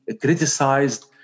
criticized